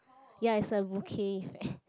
ya is a bokeh effect